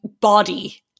body